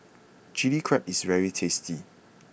Chili Crab is very tasty